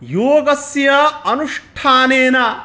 योगस्य अनुष्ठानेन